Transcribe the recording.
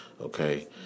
okay